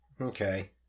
Okay